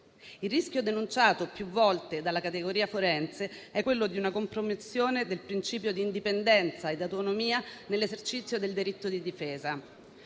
Il rischio denunciato più volte dalla categoria forense è quello di una compromissione del principio di indipendenza ed autonomia nell'esercizio del diritto di difesa.